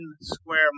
square